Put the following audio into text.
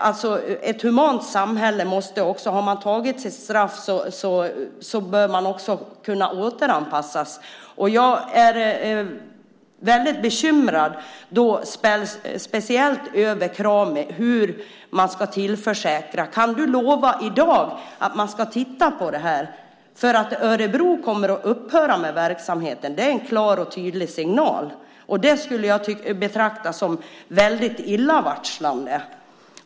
I ett humant samhälle bör man kunna återanpassas om man har tagit sitt straff. Jag är väldigt bekymrad, speciellt över Krami. Kan du lova i dag att man ska titta på det här? Örebro kommer ju att upphöra med verksamheten. Det är en klar och tydlig signal. Och det skulle jag betrakta som väldigt illavarslande.